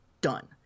done